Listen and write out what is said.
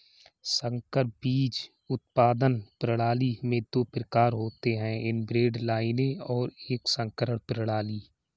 संकर बीज उत्पादन प्रणाली में दो प्रकार होते है इनब्रेड लाइनें और एक संकरण प्रणाली